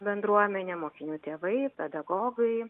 bendruomenė mokinių tėvai pedagogai